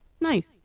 Nice